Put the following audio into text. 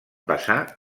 passar